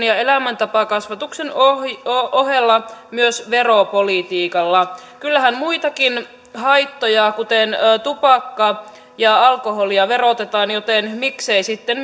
ja elämäntapakasvatuksen ohella ohella myös veropolitiikalla kyllähän muitakin haittoja kuten tupakkaa ja alkoholia verotetaan joten miksei sitten